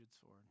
sword